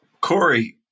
Corey